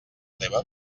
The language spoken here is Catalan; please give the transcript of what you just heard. teva